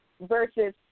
versus